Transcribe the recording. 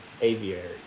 Aviary